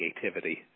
creativity